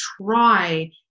try